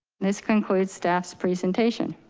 this concludes staff's presentation.